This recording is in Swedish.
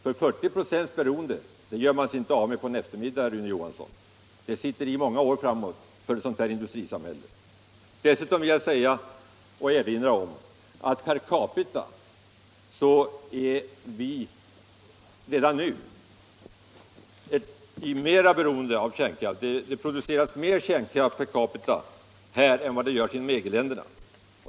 40 procents beroende gör man sig inte av med på en eftermiddag, herr Rune Johansson! Verkningarna av det sitter i många år för ett sådant samhälle. Dessutom vill jag erinra om att per capita är vårt land redan nu mera beroende av kärnkraft och producerar mera kärnkraft än vad som är fallet inom EG-länderna.